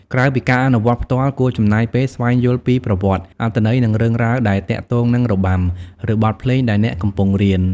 ក្រៅពីការអនុវត្តផ្ទាល់ គួរចំណាយពេល ស្វែងយល់ពីប្រវត្តិ អត្ថន័យ និងរឿងរ៉ាវដែលទាក់ទងនឹងរបាំ ឬបទភ្លេងដែលអ្នកកំពុងរៀន។